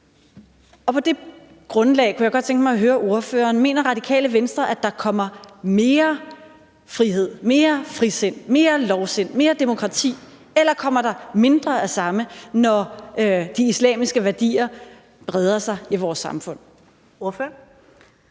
På det grundlag kunne jeg godt tænke mig at høre ordføreren: Mener Radikale Venstre, at der kommer mere frihed, mere frisind, mere lovsind, mere demokrati, eller at der kommer mindre af samme, når de islamiske værdier breder sig i vores samfund? Kl.